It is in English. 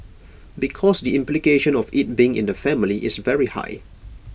because the implication of IT being in the family is very high